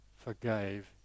forgave